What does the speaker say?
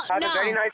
no